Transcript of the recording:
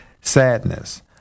sadness